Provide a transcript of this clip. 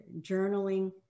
journaling